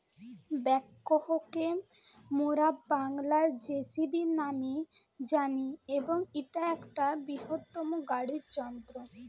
backhoe কে মোরা বাংলায় যেসিবি ন্যামে জানি এবং ইটা একটা বৃহত্তম গাড়ি যন্ত্র